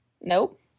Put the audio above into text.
Nope. (